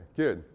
good